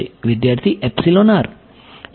વિદ્યાર્થી epsilon r